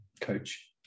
coach